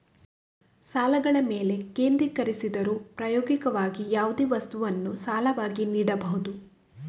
ಸಾಲಗಳ ಮೇಲೆ ಕೇಂದ್ರೀಕರಿಸಿದರೂ, ಪ್ರಾಯೋಗಿಕವಾಗಿ, ಯಾವುದೇ ವಸ್ತುವನ್ನು ಸಾಲವಾಗಿ ನೀಡಬಹುದು